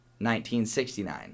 1969